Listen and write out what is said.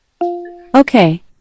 Okay